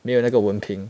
没有那个文凭